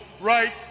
right